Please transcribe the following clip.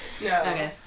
No